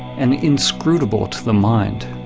and inscrutable to the mind.